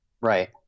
Right